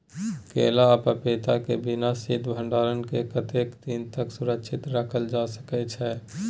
केला आ पपीता के बिना शीत भंडारण के कतेक दिन तक सुरक्षित रखल जा सकै छै?